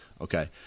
okay